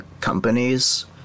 companies